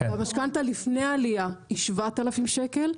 המשכנתא לפני העלייה היא 7,000 שקל.